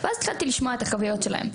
ואז התחלתי לשמוע את החוויות שלהם.